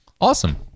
Awesome